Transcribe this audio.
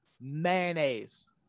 mayonnaise